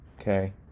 okay